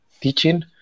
teaching